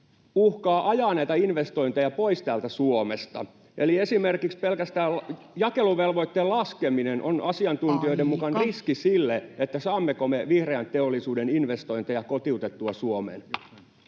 uhkaavat ajaa näitä investointeja pois täältä Suomesta. Esimerkiksi pelkästään jakeluvelvoitteen laskeminen on asiantuntijoiden mukaan [Puhemies: Aika!] riski sille, saammeko me vihreän teollisuuden investointeja kotiutettua Suomeen.